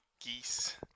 geese